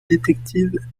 détective